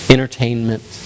entertainment